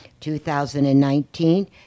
2019